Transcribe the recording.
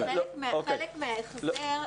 חלק מההחזר,